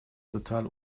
total